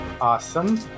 Awesome